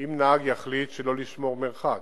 אם נהג יחליט שלא לשמור מרחק.